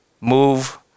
move